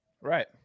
Right